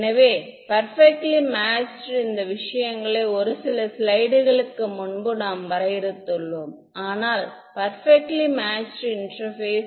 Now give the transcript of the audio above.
எனவே perfectly matched இந்த விஷயங்களை ஒரு சில ஸ்லைடுகளுக்கு முன்பு நாம் வரையறுத்துள்ளோம் ஆனால் பெர்பெக்ட்லி மேட்சுடு இன்டெர்பேஸ்